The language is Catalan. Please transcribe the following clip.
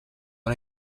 una